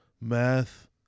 math